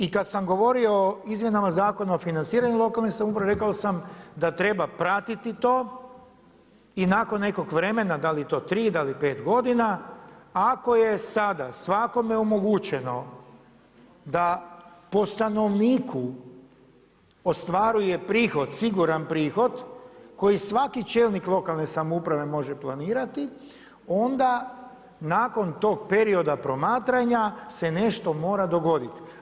I kada sam govorio o izmjenama Zakona o financiranju lokalne samouprave rekao sam da treba pratiti to i nakon nekog vremena, da li je to tri, da li pet godina, ako je sada svakome omogućeno da po stanovniku ostvaruje siguran prihod koji svaki čelnik lokalne samouprave može planirati onda nakon toga perioda promatranja se nešto mora dogoditi.